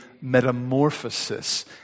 metamorphosis